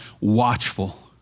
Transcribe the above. watchful